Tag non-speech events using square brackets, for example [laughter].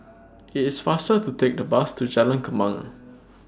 [noise] IT IS faster to Take The Bus to Jalan Kembangan